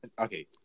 Okay